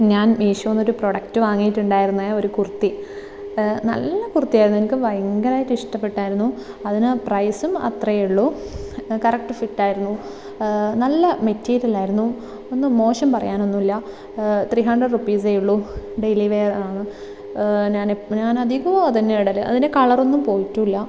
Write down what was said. ഞാൻ മീശോന്നൊരു പ്രൊഡക്റ്റ് വാങ്ങിയിട്ടുണ്ടായിരുന്നു ഒരു കുർത്തി നല്ല കുർത്തി ആയിരുന്നു എനിക്ക് ഭയങ്കരമായിട്ട് ഇഷ്ടപ്പെട്ടായിരുന്നു അതിന് പ്രൈസും അത്രയേ ഉള്ളൂ കറക്റ്റ് ഫിറ്റായിരുന്നു നല്ല മെറ്റീരിയലായിരുന്നു ഒന്നും മോശം പറയാനൊന്നുമില്ല ത്രീ ഹഡ്രഡ് റുപ്പീസേ ഉള്ളൂ ഡെയിലി വെയറാണ് ഞാനെ ഞാൻ അധികവും അതന്നെയാണ് ഇടല് അതിൻ്റെ കളറൊന്നും പോയിട്ടില്ല